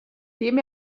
dem